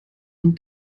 und